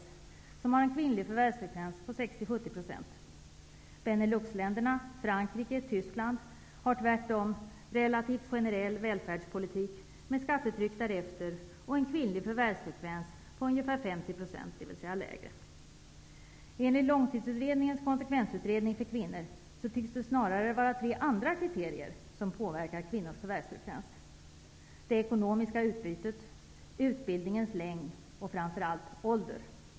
I dessa länder ligger den kvinnliga förvärvsfrekvensen på 60-- I Beneluxländerna, Frankrike och Tyskland är välfärdspolitiken tvärtom relativt generell, med skattetryck därefter och med en kvinnlig förvärvsfrekvens på ungefär 50 %. Genom långtidsutredningens konsekvensutredning för kvinnor tycks det snarare vara tre andra kriterier som påverkar kvinnors förvärvsfrekvens, såsom det ekonomiska utbytet, utbildningens längd och framför allt åldern.